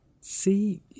See